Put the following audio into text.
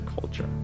culture